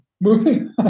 Moving